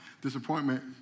disappointment